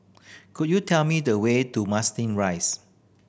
could you tell me the way to Marsiling Rise